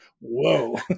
whoa